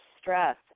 stress